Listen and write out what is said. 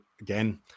again